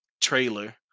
trailer